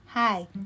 Hi